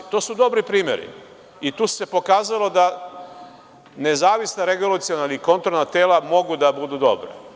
To su dobri primeri i tu se pokazalo da nezavisna regulaciona i kontrolna tela mogu da budu dobra.